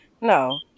No